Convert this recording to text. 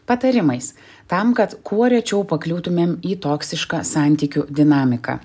patarimais tam kad kuo rečiau pakliūtumėm į toksišką santykių dinamiką